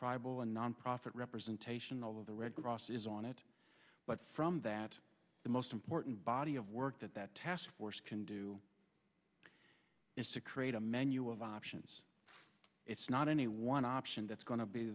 tribal and nonprofit representation all of the red cross is on it but from that the most important body of work that that task force can do is to create a menu of options it's not any one option that's go